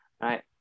right